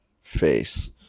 face